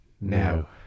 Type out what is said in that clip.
now